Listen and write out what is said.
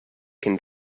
can